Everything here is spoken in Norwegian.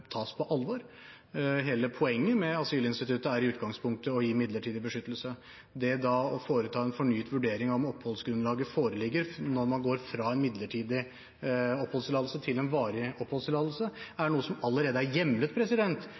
tas på alvor. Hele poenget med asylinstituttet er i utgangspunktet å gi midlertidig beskyttelse. Det da å foreta en fornyet vurdering av om oppholdsgrunnlaget foreligger når man går fra en midlertidig oppholdstillatelse til en varig oppholdstillatelse, er noe som allerede er hjemlet